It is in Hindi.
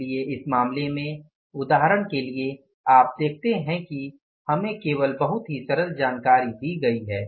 इसलिए इस मामले में उदाहरण के लिए आप देखते हैं कि हमें केवल बहुत ही सरल जानकारी दी गई है